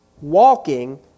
Walking